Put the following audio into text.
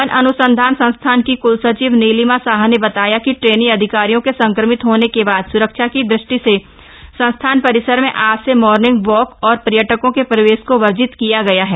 one अन्संधान संस्थान की क्लसचिव नीलिमा शाह ने बताया कि ट्रेनी अधिकारियों के संक्रमित होने के बाद सुरक्षा की दृष्टि से संस्थान परिसर में आज से मॉर्निंग वॉक और पर्यटकों के प्रवेश को वर्जित किया गया है